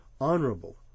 honorable